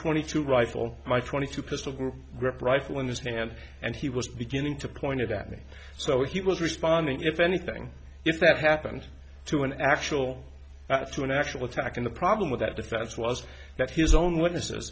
twenty two rifle my twenty two percent grip rifle in his hand and he was beginning to point it at me so he was responding if anything if that happened to an actual to an actual attack in the problem with that defense was that his own witnesses